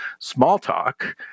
Smalltalk